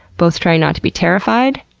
both trying not to be terrified.